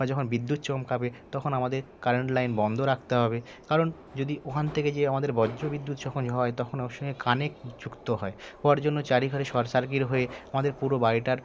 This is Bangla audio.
বা যখন বিদ্যুৎ চমকাবে তখন আমাদের কারেন্ট লাইন বন্ধ রাখতে হবে কারণ যদি ওখান থেকে যে আমাদের বজ্র বিদ্যুৎ যখনই হয় তখন ওর সঙ্গে কারেন্ট যুক্ত হয় হওয়ার জন্য চারধারে শর্ট সার্কিট হয়ে আমাদের পুরো বাড়িটার